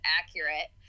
accurate